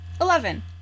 Eleven